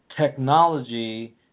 technology